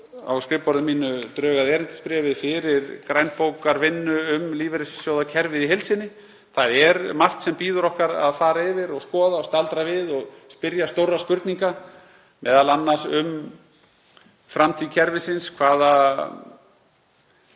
á skrifborðinu mínu drög að erindisbréfi fyrir grænbókarvinnu um lífeyrissjóðakerfið í heild sinni. Það er margt sem bíður okkar að fara yfir og skoða og staldra við og spyrja stórra spurninga, m.a. um framtíð kerfisins, hvaða